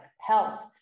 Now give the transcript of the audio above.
health